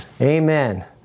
Amen